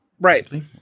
Right